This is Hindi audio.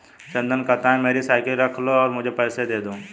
चंदन कहता है, मेरी साइकिल रख लो और मुझे पैसे दे दो